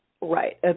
right